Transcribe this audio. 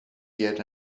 yet